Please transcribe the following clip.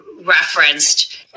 Referenced